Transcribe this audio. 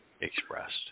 expressed